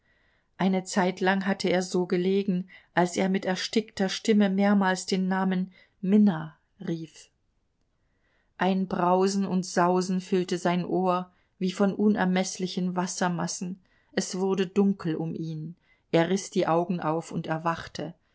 eine zeitlang hatte er so gelegen als er mit erstickter stimme mehrmals den namen minna rief ein brausen und sausen füllte sein ohr wie von unermeßlichen wassermassen es wurde dunkel um ihn er riß die augen auf und erwachte